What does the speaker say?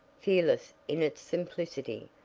fearless in its simplicity,